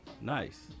Nice